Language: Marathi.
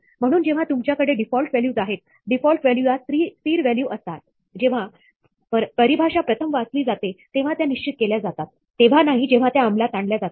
म्हणून जेव्हा तुमच्याकडे डिफॉल्ट व्हॅल्यूज आहेतडिफॉल्ट व्हॅल्यू या स्थिर व्हॅल्यू असतात जेव्हा परिभाषा प्रथम वाचली जाते तेव्हा त्या निश्चित केल्या जातात तेव्हा नाही जेव्हा त्या अमलात आणल्या जातात